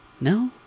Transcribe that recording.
No